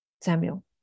samuel